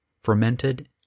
fermented